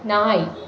நாய்